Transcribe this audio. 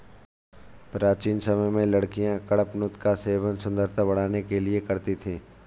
प्राचीन समय में लड़कियां कडपनुत का सेवन सुंदरता बढ़ाने के लिए करती थी